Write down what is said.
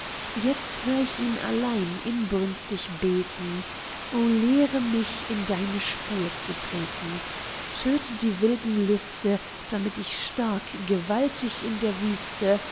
jetzt hör ich ihn allein inbrünstig beten o lehre mich in deine spur zu treten tödte die wilden lüste damit ich stark gewaltig in der wüste